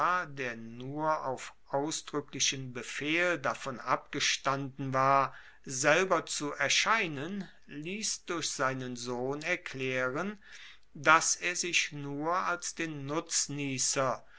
der nur auf ausdruecklichen befehl davon abgestanden war selber zu erscheinen liess durch seinen sohn erklaeren dass er sich nur als den nutzniesser